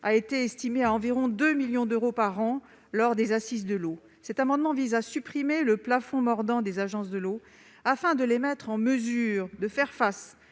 a été estimé à environ 2 millions d'euros par an lors des assises de l'eau. Cet amendement vise à supprimer le plafond mordant des agences de l'eau afin de mettre ces dernières en mesure de faire face